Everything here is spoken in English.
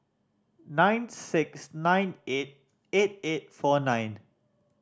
nine six nine eight eight eight four nine